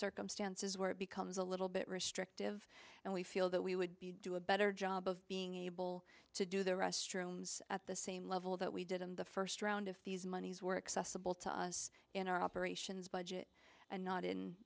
circumstances where it becomes a little bit restrictive and we feel that we would be do a better job of being able to do the restrooms at the same level that we did in the first round of these monies were accessible to us in our operations budget and not in